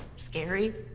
scary.